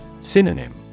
Synonym